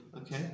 Okay